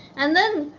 and then,